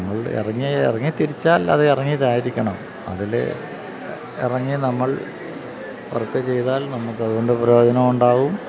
നമ്മൾ ഇറങ്ങിത്തിരിച്ചാൽ അത് ഇറങ്ങിയതായിരിക്കണം അതിലിറങ്ങി നമ്മൾ വർക്ക് ചെയ്താൽ നമുക്ക് അതുകൊണ്ട് പ്രയോജനമുണ്ടാകും